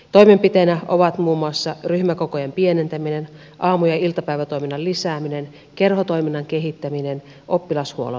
toimenpiteinä ovat muun muassa ryhmäkokojen pienentäminen aamu ja iltapäivätoiminnan lisääminen kerhotoiminnan kehittäminen oppilashuollon vahvistaminen